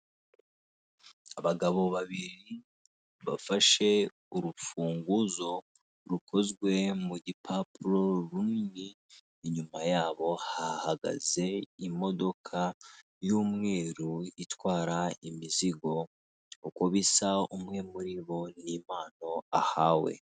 Abagabo babiri bafashe urufunguzo rukozwe mu gipapuro rumwe. Inyuma yabo hahagaze imodoka y'umweru itwara imizigo, uko bisa umwe muri bo ni impano ahawe.